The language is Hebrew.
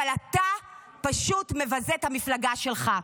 אבל אתה פשוט מבזה את המפלגה שלך.